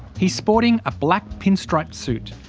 he is sporting a black pinstriped suit,